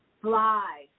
Fly